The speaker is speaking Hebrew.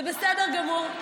זה בסדר גמור,